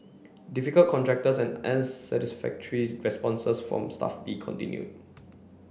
difficult contractors and unsatisfactory responses from Staff B continued